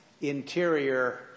interior